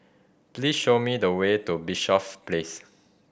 please show me the way to Bishops Place